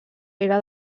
era